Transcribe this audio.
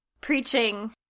preaching